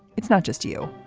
it's not just you.